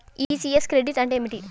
ECS credit అంటే ఏమిటి?